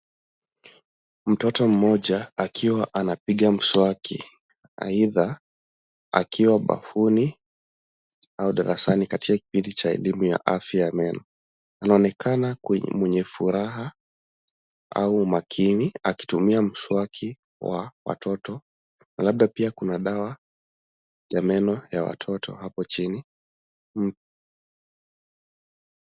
Mtoto mmoja akiwa anapiga mswaki aitha akiwa bafuni au darasani katika kipindi cha elemu ya afya ya meno. Anaonekana mwenye furaha au makini akitumia mswaki wa watoto labda pia kuna dawa ya meno ya watoto hapo chini.